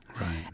Right